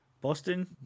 Boston